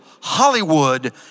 Hollywood